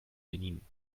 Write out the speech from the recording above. benin